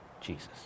Jesus